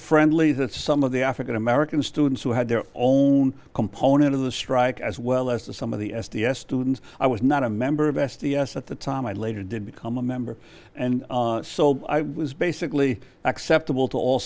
friendly that some of the african american students who had their own component of the strike as well as the some of the s d s students i was not a member of s d s at the time i later did become a member and so i was basically acceptable to all